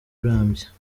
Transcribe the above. urambye